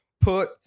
Put